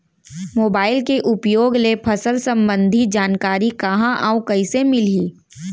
Mobile के उपयोग ले फसल सम्बन्धी जानकारी कहाँ अऊ कइसे मिलही?